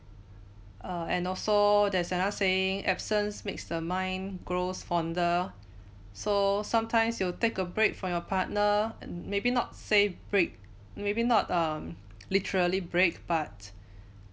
err and also there's another saying absence makes the mind grows fonder so sometimes you will take a break for your partner maybe not say break maybe not um literally break but